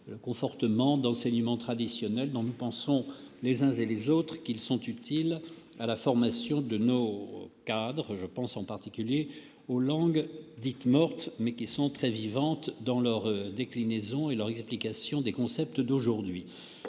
de conforter des enseignements traditionnels dont nous pensons, les uns et les autres, qu'ils sont utiles à la formation de nos cadres : je pense en particulier aux langues dites « mortes », qui sont bien vivantes au regard de la déclinaison et de l'explication des concepts d'aujourd'hui